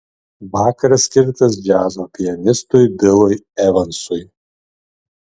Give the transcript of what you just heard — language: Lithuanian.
vakaras skirtas džiazo pianistui bilui evansui